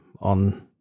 on